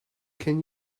can